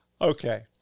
Okay